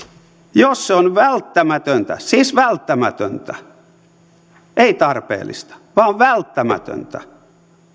jos se on välttämätöntä siis välttämätöntä ei tarpeellista vaan välttämätöntä